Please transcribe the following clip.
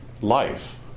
life